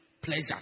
pleasure